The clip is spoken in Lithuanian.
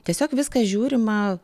tiesiog viską žiūrima